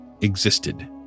existed